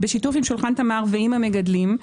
בשיתוף עם שולחן תמר ועם המגדלים.